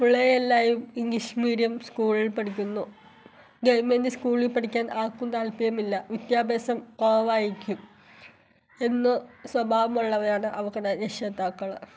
ഇവിടെ എല്ലാവരും English medium സ്കൂളിൽ പഠിക്കുന്നു ഗവൺമെൻറ് സ്കൂളിൽ പഠിക്കാൻ ആർക്കും താൽപ്പര്യമില്ല വിദ്യാഭ്യാസം കുറവായിരിക്കും എന്ന് സ്വഭാവമുള്ളവരാണ് അവരുടെ രക്ഷകർത്താക്കള്